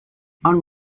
ond